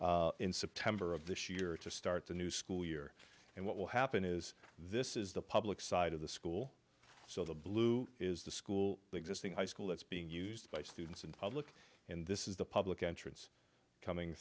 in september of this year to start the new school year and what will happen is this is the public side of the school so the blue is the school the existing high school that's being used by students in public and this is the public entrance coming